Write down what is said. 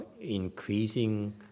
increasing